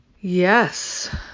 Yes